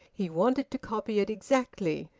he wanted to copy it exactly,